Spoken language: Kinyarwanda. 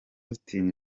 austin